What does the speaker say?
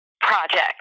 project